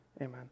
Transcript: Amen